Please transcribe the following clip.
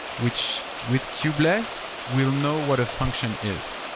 which with kubeless, we'll know what a function is.